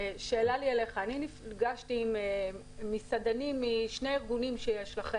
אני נפגשתי עם מסעדנים משני ארגוני המסעדנים.